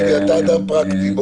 טיבי, אתה אדם פרקטי.